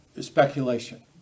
speculation